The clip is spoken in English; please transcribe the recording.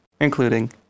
including